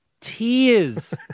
tears